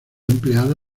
empleada